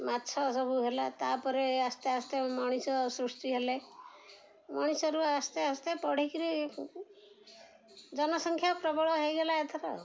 ମାଛ ସବୁ ହେଲା ତା'ପରେ ଆସ୍ତେ ଆସ୍ତେ ମଣିଷ ସୃଷ୍ଟି ହେଲେ ମଣିଷରୁ ଆସ୍ତେ ଆସ୍ତେ ପଢ଼ି କରି ଜନସଂଖ୍ୟା ପ୍ରବଳ ହେଇଗଲା ଏଥର